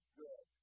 good